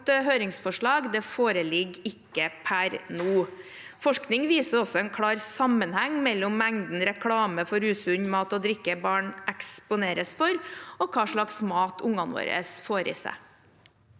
høringsforslag foreligger ikke per nå. Forskning viser også en klar sammenheng mellom mengden reklame for usunn mat og drikke barn eksponeres for, og hva slags mat ungene våre får i seg.